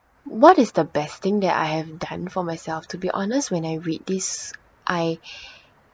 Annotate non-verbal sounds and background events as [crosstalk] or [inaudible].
what is the best thing that I have done for myself to be honest when I read this I [breath]